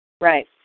Right